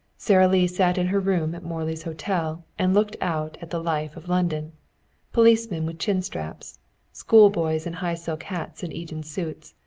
sara lee sat in her room at morley's hotel and looked out at the life of london policemen with chin straps schoolboys in high silk hats and eton suits,